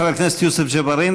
חבר הכנסת יוסף ג'בארין,